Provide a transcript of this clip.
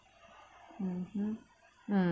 mmhmm mm